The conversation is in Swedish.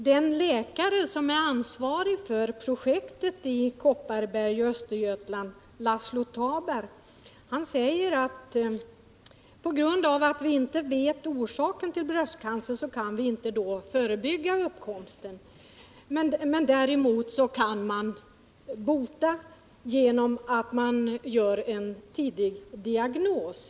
Den läkare som är ansvarig för projektet i Kopparberg och Östergötland, Laszlo Tabar, säger att på grund av att vi inte vet orsaken till bröstcancer så kan vi inte förebygga dess uppkomst, men däremot kan man bota genom att ställa en tidig diagnos.